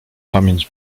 pamięć